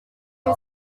are